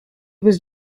was